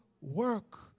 work